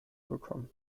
bekommen